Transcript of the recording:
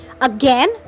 again